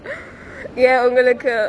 ya உங்களுக்கு:ungaluku